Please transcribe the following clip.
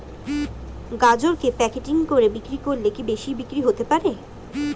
গাজরকে প্যাকেটিং করে বিক্রি করলে কি বেশি বিক্রি হতে পারে?